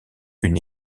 une